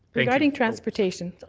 regarding transportation